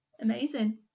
amazing